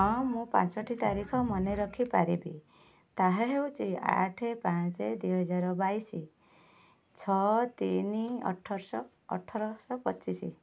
ହଁ ମୁଁ ପାଞ୍ଚଟି ତାରିଖ ମନେ ରଖି ପାରିବି ତାହା ହେଉଛି ଆଠେ ପାଞ୍ଚେ ଦୁଇହଜାର ବାଇଶି ଛଅ ତିନି ଅଠରଶହ ଅଠରଶହ ପଚିଶି